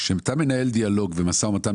כשאתה מנהל דיאלוג ומשא ומתן,